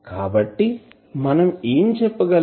కాబట్టి మనం ఏమి చెప్పగలం